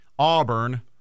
Auburn